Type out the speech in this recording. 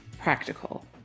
practical